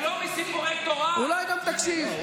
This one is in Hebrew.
אולי גם תקשיב.